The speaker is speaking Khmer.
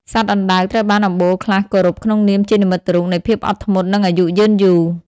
សត្វអណ្តើក ត្រូវបានអំបូរខ្លះគោរពក្នុងនាមជានិមិត្តរូបនៃភាពអត់ធ្មត់ និងអាយុយឺនយូរ។